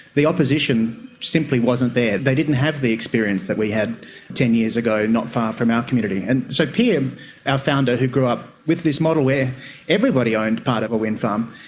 the opposition simply wasn't there. they didn't have the experience that we had ten years ago not far from our community. and so per, um our founder who grew up with this model where everybody owned part of a windfarm,